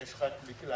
החלטתי לא